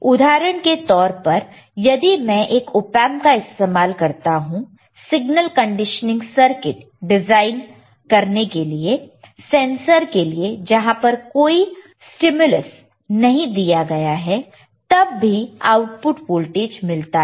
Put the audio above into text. उदाहरण के तौर पर यदि मैं एक ऑपएंप का इस्तेमाल करता हूं सिग्नल कंडीशनिंग सर्किट डिजाइन करने के लिए सेंसर के लिए जहां पर कोई स्टिम्यलस नहीं दिया गया है तब भी आउटपुट वोल्टेज मिलता है